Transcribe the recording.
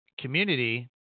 community